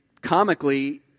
comically